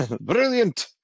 brilliant